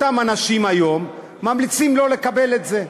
אותם אנשים היום ממליצים שלא לקבל את זה.